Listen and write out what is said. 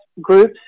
groups